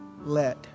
let